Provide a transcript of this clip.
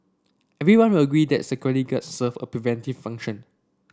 everyone will agree that security guards serve a preventive function